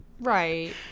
Right